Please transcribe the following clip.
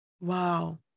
Wow